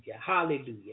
Hallelujah